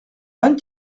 vingt